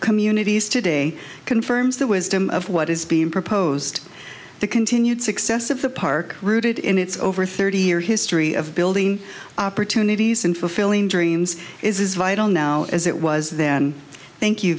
company unities today confirms the wisdom of what is being proposed the continued success of the park rooted in its over thirty year history of building opportunities and fulfilling dreams is vital now as it was then thank you